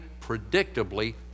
predictably